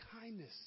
kindness